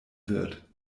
wird